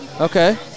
Okay